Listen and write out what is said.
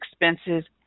expenses